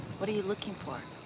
what are you looking for?